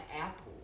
apple